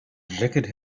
jacket